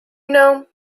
know